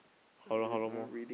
how long how long more